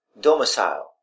domicile